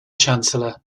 chancellor